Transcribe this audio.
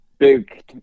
big